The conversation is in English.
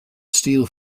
steal